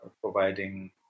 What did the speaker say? providing